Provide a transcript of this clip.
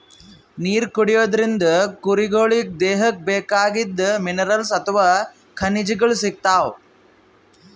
ನೀರ್ ಕುಡಿಯೋದ್ರಿಂದ್ ಕುರಿಗೊಳಿಗ್ ದೇಹಕ್ಕ್ ಬೇಕಾಗಿದ್ದ್ ಮಿನರಲ್ಸ್ ಅಥವಾ ಖನಿಜಗಳ್ ಸಿಗ್ತವ್